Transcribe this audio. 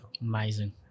Amazing